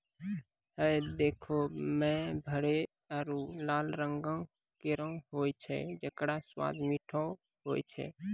हय देखै म भूरो आरु लाल रंगों केरो होय छै जेकरो स्वाद मीठो होय छै